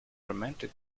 romantic